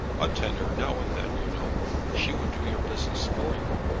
a tenner now and then, you know. she would do your business for you.